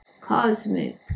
cosmic